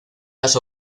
las